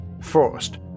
First